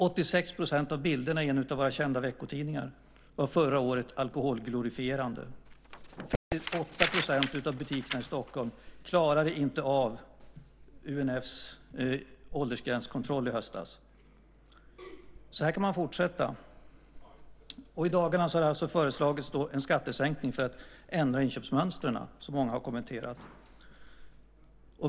86 % av bilderna i en av våra kända veckotidningar var förra året alkoholglorifierande. 58 % av butikerna i Stockholm klarade inte av UNF:s åldersgränskontroll i höstas. Så här kan man fortsätta. Och i dagarna har det alltså föreslagits en skattesänkning för att ändra inköpsmönstren, som många har kommenterat.